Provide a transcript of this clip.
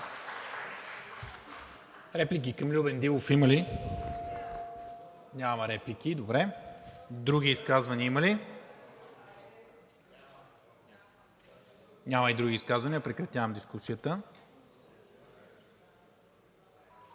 Реплики към Любен Дилов има ли? Няма реплики, добре. Други изказвания има ли? Няма и други изказвания. Прекратявам дискусията.